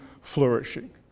flourishing